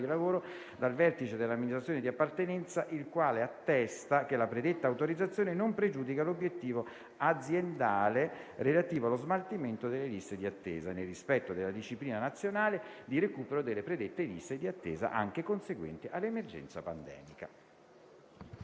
lavoro, dal vertice dell'amministrazione di appartenenza, il quale attesta che la predetta autorizzazione non pregiudica l'obiettivo aziendale relativo allo smaltimento delle liste di attesa, nel rispetto della disciplina nazionale di recupero delle predette liste di attesa anche conseguenti all'emergenza pandemica».